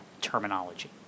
terminology